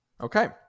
Okay